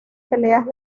peleas